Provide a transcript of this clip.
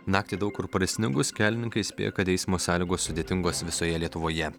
naktį daug kur prisnigus kelininkai įspėja kad eismo sąlygos sudėtingos visoje lietuvoje